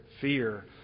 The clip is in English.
fear